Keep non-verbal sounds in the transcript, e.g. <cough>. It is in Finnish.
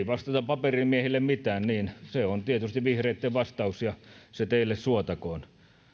<unintelligible> vastata paperimiehille mitään on tietysti vihreitten vastaus ja se teille suotakoon